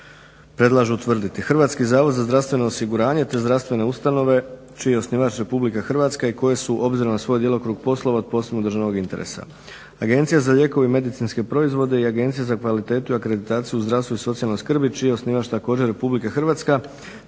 Hrvatski zavod za zdravstveno osiguranje, te zdravstvene ustanove čiji je osnivač Republika Hrvatska i koje su obzirom na svoj djelokrug poslova od posebnog državnog interesa. Agencija za lijekove i medicinske proizvode i Agencija za kvalitetu i akreditaciju u zdravstvu i socijalnoj skrbi čiji je osnivač također Republika Hrvatska,